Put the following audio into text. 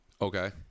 Okay